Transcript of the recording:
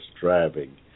driving